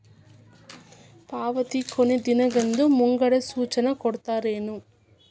ಪಾವತಿ ಕೊನೆ ದಿನಾಂಕದ್ದು ಮುಂಗಡ ಸೂಚನಾ ಕೊಡ್ತೇರೇನು?